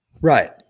Right